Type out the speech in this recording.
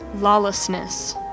lawlessness